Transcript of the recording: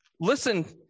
Listen